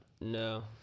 No